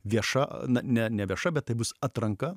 vieša ne nevieša bet tai bus atranka